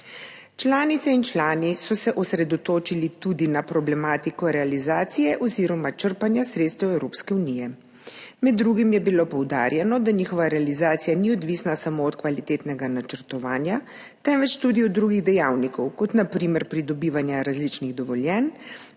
Članice in člani so se osredotočili tudi na problematiko realizacije oziroma črpanja sredstev Evropske unije. Med drugim je bilo poudarjeno, da njihova realizacija ni odvisna samo od kvalitetnega načrtovanja, temveč tudi od drugih dejavnikov, na primer pridobivanja različnih dovoljenj,